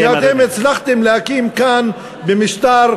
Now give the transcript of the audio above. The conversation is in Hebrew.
שאתם הצלחתם להקים כאן במשטר,